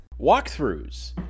Walkthroughs